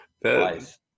Twice